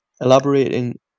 Elaborating